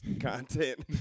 content